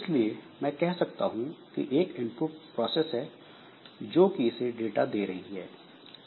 इसलिए मैं कह सकता हूं कि एक इनपुट प्रोसेस है जो कि इसे डाटा दे रही है